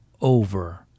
over